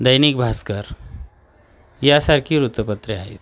दैनिक भास्कर यासारखी वृत्तपत्रे आहेत